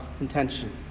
intention